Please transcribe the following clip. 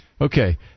Okay